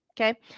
Okay